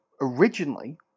originally